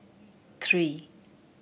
three